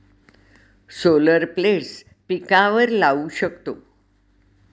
solar plates पिकांवर लाऊ शकतो